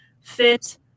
fit